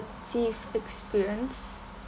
experience